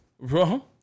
bro